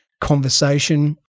conversation